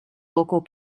local